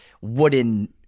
wooden